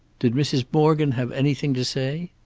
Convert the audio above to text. did mrs. morgan have anything to say?